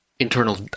internal